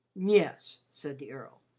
yes, said the earl,